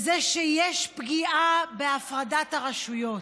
שיש פגיעה בהפרדת הרשויות,